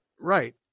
right